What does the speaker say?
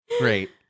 Great